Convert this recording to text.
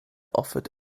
offered